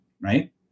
right